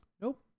Nope